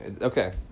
Okay